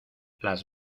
las